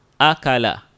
Akala